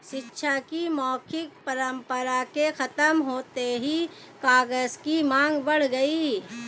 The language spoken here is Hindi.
शिक्षा की मौखिक परम्परा के खत्म होते ही कागज की माँग बढ़ गई